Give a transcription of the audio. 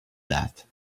that